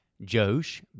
Josh